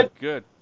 good